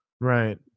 Right